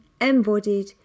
embodied